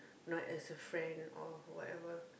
not as a friend or whatever